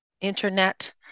internet